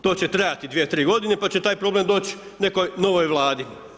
To će trebati 2-3 godine pa će taj problem doći nekoj novoj Vladi.